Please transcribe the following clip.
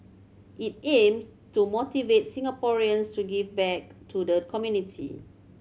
it aims to motivate Singaporeans to give back to the community